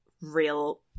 real